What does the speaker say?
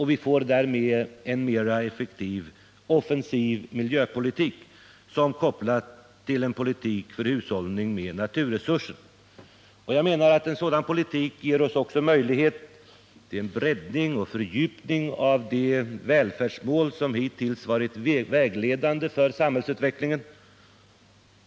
Vi får därmed en mer offensiv miljöpolitik, som kopplas till en politik för hushållning med naturresurserna. En sådan politik ger också möjlighet tillen breddning och fördjupning av de välfärdsmål som hittills varit vägledande för samhällsutvecklingen.